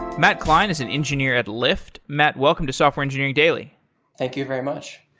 matt klein is an engineer at lyft. matt, welcome to software engineering daily thank you very much.